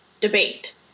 debate